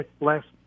last